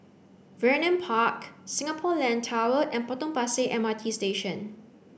Vernon Park Singapore Land Tower and Potong Pasir M R T Station